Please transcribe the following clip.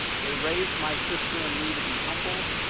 they raised my sister and me to be humble,